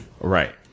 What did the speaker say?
Right